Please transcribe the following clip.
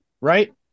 right